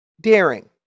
daring